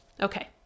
Okay